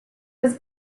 was